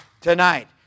tonight